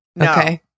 Okay